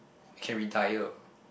can retired